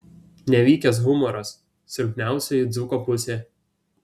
nevykęs humoras silpniausioji dzūko pusė